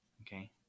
Okay